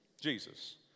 Jesus